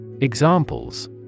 Examples